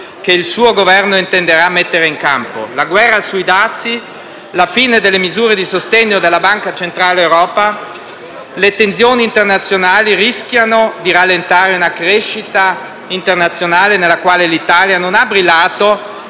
che il suo Governo intenderà mettere in campo. La guerra sui dazi, la fine delle misure di sostegno della Banca centrale europea, le tensioni internazionali rischiano di rallentare una crescita internazionale nella quale l'Italia non ha brillato